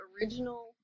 original